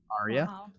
Aria